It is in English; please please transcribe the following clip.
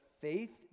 faith